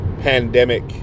pandemic